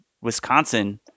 Wisconsin